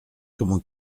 comment